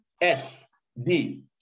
S-D